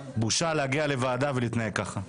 בושה להגיע לוועדה ולהתנהג ככה.